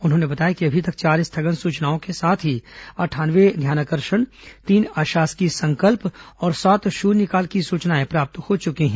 उन्होंने बताया कि अभी तक चार स्थगन सूचनाओं के साथ ही अंठानवे ध्यानाकर्षण तीन अशासकीय संकल्प और सात शून्यकाल की सूचनाएं प्राप्त हो चुकी हैं